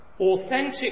authentic